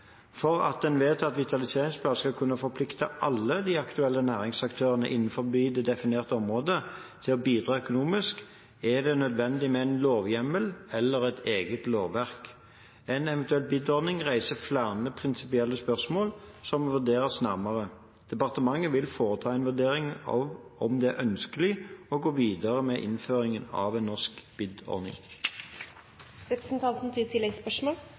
For at en vedtatt vitaliseringsplan skal kunne forplikte alle de aktuelle næringsaktørene innenfor det definerte området til å bidra økonomisk, er det nødvendig med en lovhjemmel eller et eget lovverk. En eventuell BID-ordning reiser flere prinsipielle spørsmål som må vurderes nærmere. Departementet vil foreta en vurdering om hvorvidt det er ønskelig å gå videre med innføringen av en norsk